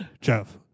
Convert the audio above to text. Jeff